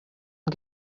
and